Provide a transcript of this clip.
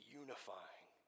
unifying